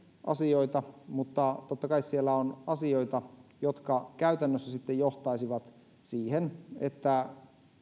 asioita mutta totta kai siellä on asioita jotka käytännössä sitten johtaisivat siihen että